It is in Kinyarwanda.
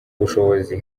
ubushobozi